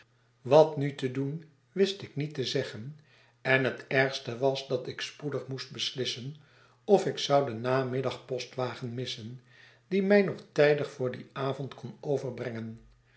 wat nu te doen wist ik niet te zeggen en het ergste was dat ik spoedig moest beslissen of ik zou den namiddag postwagen missen die my nog tijdig voor dien avond kon overbrengen